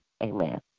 Amen